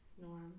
norm